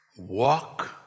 Walk